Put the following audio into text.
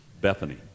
Bethany